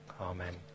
Amen